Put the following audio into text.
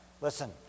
Listen